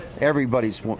everybody's